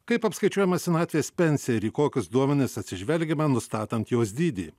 kaip apskaičiuojama senatvės pensija ir į kokius duomenis atsižvelgiama nustatant jos dydį